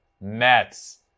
Mets